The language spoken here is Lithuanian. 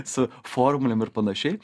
su formulėm ir panašiai